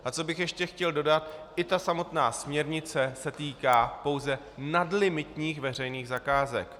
A co bych ještě chtěl dodat, i samotná směrnice se týká pouze nadlimitních veřejných zakázek.